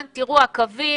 אנחנו או-טו-טו,